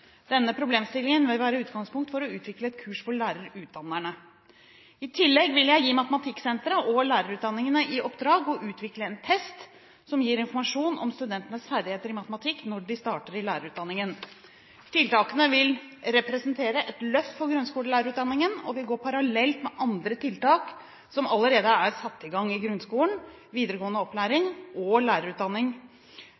Denne problemstillingen vil være utgangspunkt for å utvikle et kurs for lærerutdannerne. I tillegg vil jeg gi Matematikksenteret og lærerutdanningene i oppdrag å utvikle en test som gir informasjon om studentenes ferdigheter i matematikk når de starter i lærerutdanningen. Tiltakene vil representere et løft for grunnskolelærerutdanningen, og vil gå parallelt med andre tiltak som allerede er satt i gang i grunnskolen, videregående opplæring